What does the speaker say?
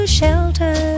shelter